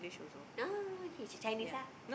ah okay she Chinese ah